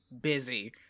busy